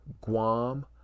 Guam